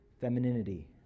femininity